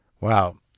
Wow